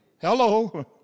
Hello